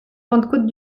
pentecôte